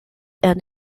and